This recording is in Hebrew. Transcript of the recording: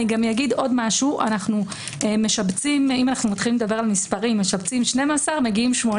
בנוסף, אנו משבצים 12, מגיעים 8